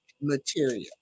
material